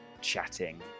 chatting